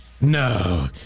no